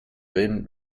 been